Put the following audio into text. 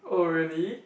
oh really